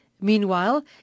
Meanwhile